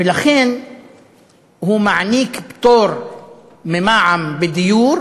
ולכן הוא מעניק פטור ממע"מ בדיור